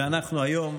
והיום,